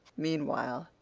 meanwhile,